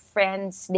Friends